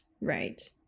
right